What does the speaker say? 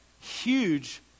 Huge